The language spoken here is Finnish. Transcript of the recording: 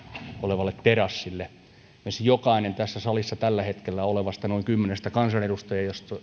olevalle terassille meistä jokainen tässä salissa tällä hetkellä olevista noin kymmenestä kansanedustajasta jos